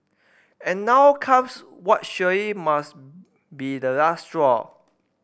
and now comes what surely must be the last straw